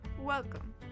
Welcome